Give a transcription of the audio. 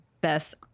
best